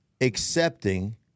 accepting